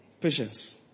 Patience